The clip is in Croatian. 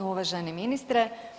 Uvaženi ministre.